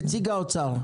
נציג האוצר,